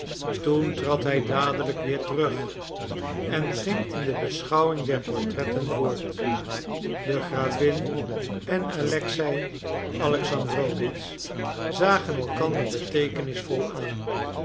toen trad hij dadelijk weer terug en ging in de beschouwing der portretten voort de gravin en alexei alexandrowitsch zagen elkander beteekenisvol aan